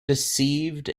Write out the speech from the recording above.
deceived